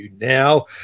now